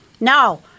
No